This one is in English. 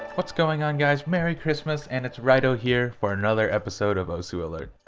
what's going on guys? merry christmas and it's raito here for another episode of osu! alert